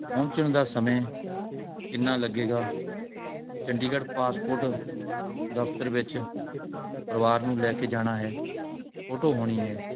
ਪਹੁੰਚਣ ਦਾ ਸਮੇਂ ਕਿੰਨਾ ਲੱਗੇਗਾ ਚੰਡੀਗੜ ਪਾਸਪੋਰਟ ਦਫ਼ਤਰ ਵਿੱਚ ਪਰਿਵਾਰ ਨੂੰ ਲੈ ਕੇ ਜਾਣਾ ਹੈ ਫੋਟੋ ਹੋਣੀ ਹੈ